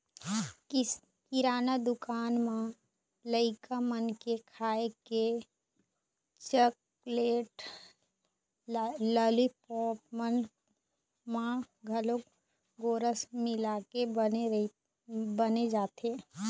किराना दुकान म लइका मन के खाए के चाकलेट, लालीपॉप मन म घलोक गोरस मिलाके बनाए जाथे